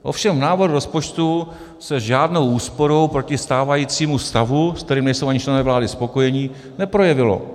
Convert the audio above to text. Ovšem v návrhu rozpočtu se s žádnou úsporou proti stávajícímu stavu, se kterým nejsou ani členové vlády spokojeni, neprojevilo.